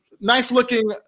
nice-looking